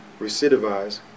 recidivize